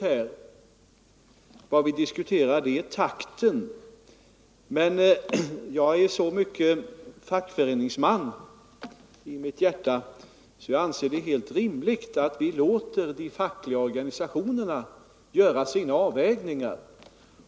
Vad vi diskuterar är takten. Men jag är så mycket fackföreningsman i mitt hjärta att jag anser det helt rimligt att vi låter de fackliga organisationerna göra sina avvägningar.